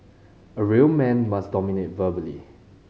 a real man must dominate verbally